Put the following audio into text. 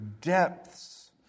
depths